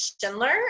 Schindler